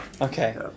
Okay